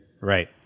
Right